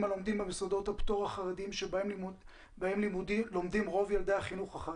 הלומדים במוסדות הפטור החרדי בהם לומדים רוב ילדי החינוך החרדי.